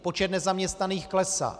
Počet nezaměstnaných klesá.